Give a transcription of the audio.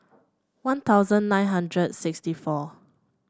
One Thousand nine hundred sixty four